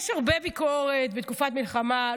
יש הרבה ביקורת בתקופת מלחמה,